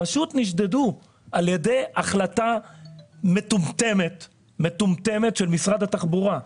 פשוט נשדדו על ידי החלטה מטומטמת של משרד התחבורה,